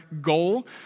goal